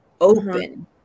open